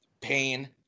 pain